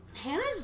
Hannah's